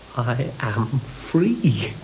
i am free.